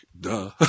duh